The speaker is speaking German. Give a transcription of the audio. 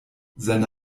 seine